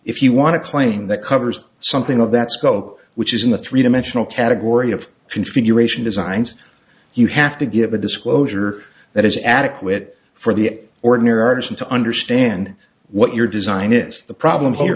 if you want to claim that covers something of that spoke which is in the three dimensional category of configuration designs you have to give a disclosure that is adequate for the ordinary arjan to understand what your design is the problem here